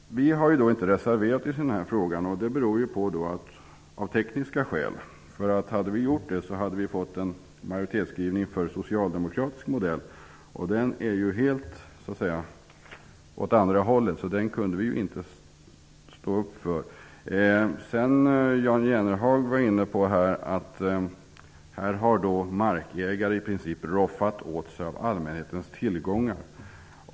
Vi har inte reserverat oss i den här frågan. Det beror på tekniska skäl. Om vi hade gjort det hade det inneburit en majoritetsskrivning för den socialdemokratiska modellen, och den är ju helt åt andra hållet. Den kunde vi inte stödja. Jan Jennehag var inne på att markägare har roffat åt sig av allmänhetens tillgångar.